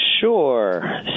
Sure